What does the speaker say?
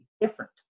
different